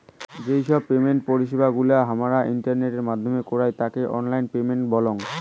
যেই সব পেমেন্ট পরিষেবা গুলা হামাদের ইন্টারনেটের মাইধ্যমে কইরে তাকে অনলাইন পেমেন্ট বলঙ